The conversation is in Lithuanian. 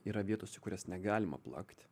yra vietos į kurias negalima plakt